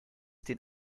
den